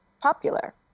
popular